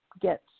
get